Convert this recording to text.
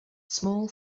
small